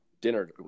dinner